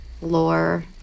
lore